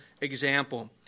example